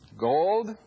Gold